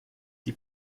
die